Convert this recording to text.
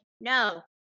no